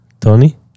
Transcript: Tony